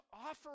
offer